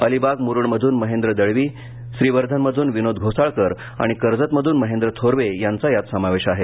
अलिबाग मुरूड मधून महेंद्र दळवी श्रीवर्धनमधून विनोद घोसाळकर आणि कर्जत मधून महेंद्र थोरवे यांचा यात समावेश आहे